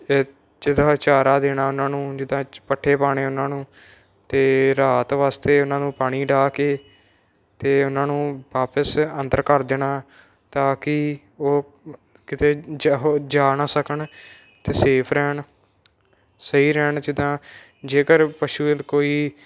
ਜਦੋਂ ਚਾਰਾ ਦੇਣਾ ਉਹਨਾਂ ਨੂੰ ਜਿੱਦਾਂ ਪੱਠੇ ਪਾਉਣੇ ਉਹਨਾਂ ਨੂੰ ਅਤੇ ਰਾਤ ਵਾਸਤੇ ਉਹਨਾਂ ਨੂੰ ਪਾਣੀ ਡਾ ਕੇ ਅਤੇ ਉਹਨਾਂ ਨੂੰ ਵਾਪਸ ਅੰਦਰ ਕਰ ਜਾਣਾ ਤਾਂ ਕਿ ਉਹ ਕਿਤੇ ਜਾ ਉਹ ਜਾ ਨਾ ਸਕਣ ਅਤੇ ਸੇਫ ਰਹਿਣ ਸਹੀ ਰਹਿਣ ਜਿੱਦਾਂ ਜੇਕਰ ਪਸ਼ੂ ਦੇ ਕੋਈ